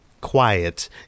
quiet